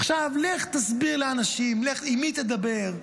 עכשיו לך תסביר לאנשים, עם מי תדבר?